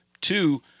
Two